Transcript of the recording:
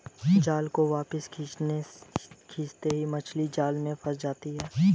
जाल को वापस खींचते ही मछली जाल में फंस जाती है